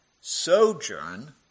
sojourn